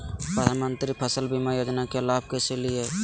प्रधानमंत्री फसल बीमा योजना के लाभ कैसे लिये?